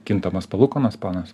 kintamos palūkanos ponas